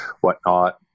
whatnot